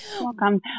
Welcome